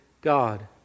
God